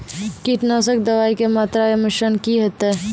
कीटनासक दवाई के मात्रा या मिश्रण की हेते?